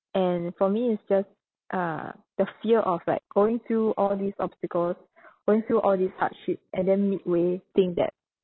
and for me it's just uh the fear of like going through all these obstacles going through all these hardship and then midway think that